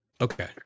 Okay